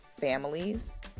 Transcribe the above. families